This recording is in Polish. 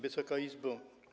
Wysoka Izbo!